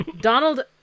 donald